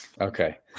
okay